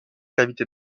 cavités